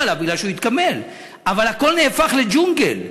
עליו מפני שהוא התקבל אבל הכול נהפך לג'ונגל.